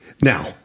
now